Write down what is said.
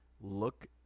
look